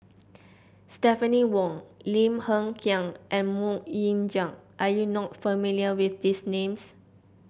Stephanie Wong Lim Hng Kiang and MoK Ying Jang are you not familiar with these names